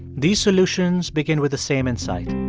these solutions begin with the same insight.